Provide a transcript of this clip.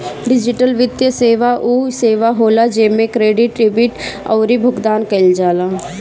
digital वित्तीय सेवा उ सेवा होला जेमे क्रेडिट, डेबिट अउरी भुगतान कईल जाला